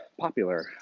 popular